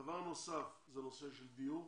דבר נוסף הוא נושא של דיור.